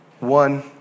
one